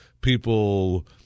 people